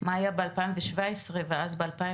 מה היה ב-2017, ואז ב-2021.